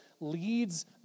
leads